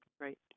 right